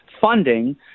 funding